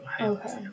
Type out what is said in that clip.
Okay